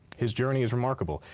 his journey is remarkable,